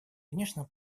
конечно